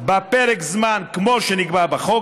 בפרק הזמן כמו שנקבע בחוק,